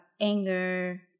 anger